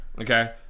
okay